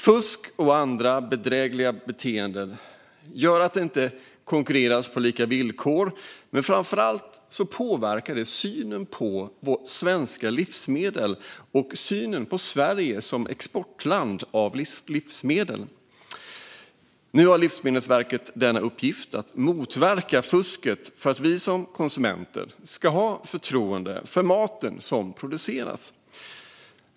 Fusk och andra bedrägliga beteenden gör att det inte konkurreras på lika villkor, men framför allt påverkar det synen på svenska livsmedel och på Sverige som exportland av livsmedel. Nu har Livsmedelsverket i uppgift att motverka fusket för att vi som konsumenter ska ha förtroende för maten som produceras.